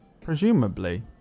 presumably